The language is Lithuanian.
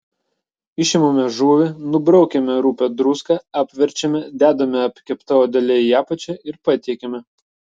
išimame žuvį nubraukiame rupią druską apverčiame dedame apkepta odele į apačią ir patiekiame